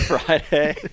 friday